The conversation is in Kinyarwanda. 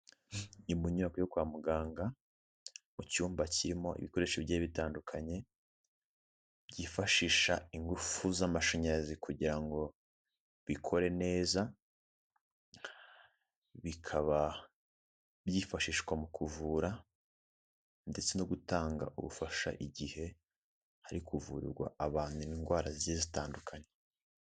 Iyi ni inyubako yo kwa muganga, mu cyumba kirimo ibikoresho bye bitandukanye, byifashisha ingufu z'amashanyarazi kugira ngo bikore neza. Bikaba byifashishwa mu kuvura ndetse no gutanga ubufasha igihe hari kuvurirwa abantu indwara zigiye zitandukanye.